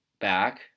back